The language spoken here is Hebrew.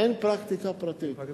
אין פרקטיקה פרטית פה.